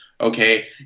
Okay